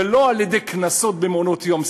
ולא על-ידי קנסות במעונות-יום,